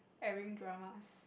airing dramas